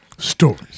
Stories